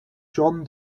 john